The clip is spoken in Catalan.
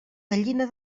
gallina